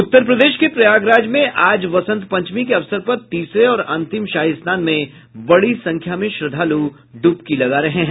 उत्तर प्रदेश के प्रयागराज में आज वसंत पंचमी के अवसर पर तीसरे और अंतिम शाही स्नान में बड़ी संख्या में श्रद्धालु डुबकी लगा रहे हैं